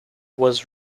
was